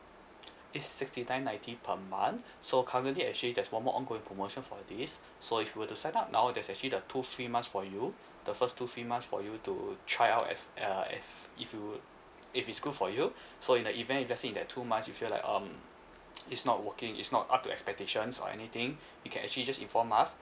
it's sixty nine ninety per month so currently actually there's one more ongoing promotion for this so if you were to sign up now there's actually the two free months for you the first two free months for you to try out if uh if if you if it's good for you so in the event if let's say in that two month you feel like um it's not working is not up to expectations or anything you can actually just inform us